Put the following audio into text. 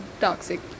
toxic